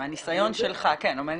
מהניסיון שלך --- אני יודע.